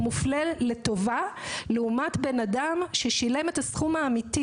הוא מופלה לטובה לעומת בן אדם ששילם את הסכום האמיתי.